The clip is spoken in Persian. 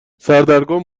سردرگم